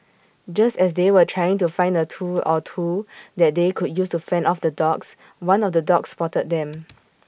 just as they were trying to find A tool or two that they could use to fend off the dogs one of the dogs spotted them